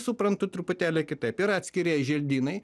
suprantu truputėlį kitaip yra atskirieji želdynai